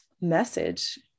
message